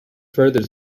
further